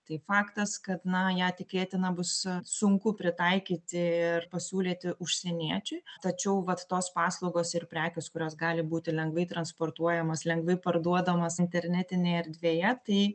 tai faktas kad na ją tikėtina bus sunku pritaikyti ir pasiūlyti užsieniečiui tačiau vat tos paslaugos ir prekės kurios gali būti lengvai transportuojamos lengvai parduodamos internetinėj erdvėje tai